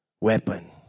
weapon